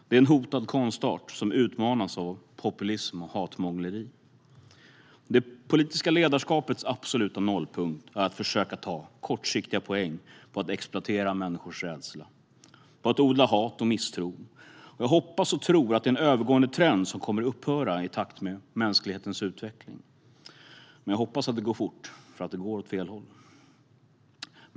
Det är en hotad konstart som utmanas av populism och hatmångleri. Det politiska ledarskapets absoluta nollpunkt är att försöka ta kortsiktiga poäng på att exploatera människors rädsla och att odla hat och misstro. Jag hoppas och tror att det är en övergående trend som kommer att upphöra i takt med mänsklighetens utveckling. Jag hoppas att det går fort, för det går nu åt fel håll.